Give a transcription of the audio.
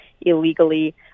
illegally